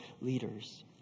leaders